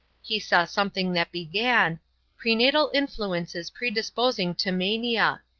he saw something that began prenatal influences predisposing to mania.